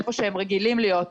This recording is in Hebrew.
איפה שהם רגילים להיות,